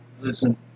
Listen